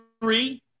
three